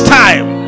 time